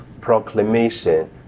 proclamation